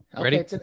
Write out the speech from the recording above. ready